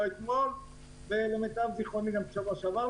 לא אתמול ולמיטב זיכרוני גם לא שבוע שעבר.